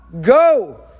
Go